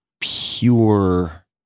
pure